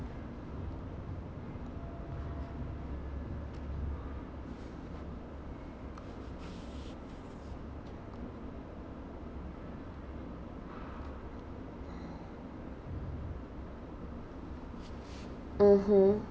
mmhmm